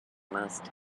must